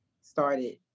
started